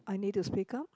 I need to speak up